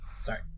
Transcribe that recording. Sorry